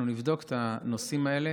אנחנו נבדוק את הנושאים האלה